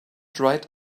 dried